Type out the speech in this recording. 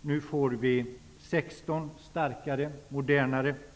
Nu får vi 16 starkare och modernare brigader.